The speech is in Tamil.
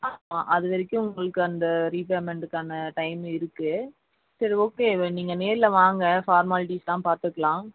ஆமாம் அது வரைக்கும் உங்களுக்கு அந்த ரீபேமெண்ட்டுக்கான டைம் இருக்கு சரி ஓகே நீங்கள் நேரில் வாங்க ஃபார்மாலிட்டிஸ்லாம் பார்த்துக்குலாம்